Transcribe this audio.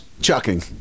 chucking